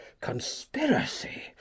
conspiracy